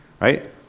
Right